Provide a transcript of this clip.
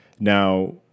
Now